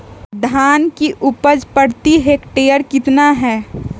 धान की उपज प्रति हेक्टेयर कितना है?